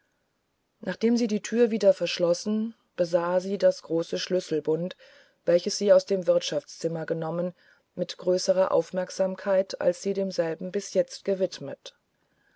nachdem sie die tür wieder verschlossen besah sie das große schlüsselbund welches sie aus dem wirtschaftszimmer genommen mit größerer aufmerksamkeit als siedemselbenbisjetztgewidmet außer dem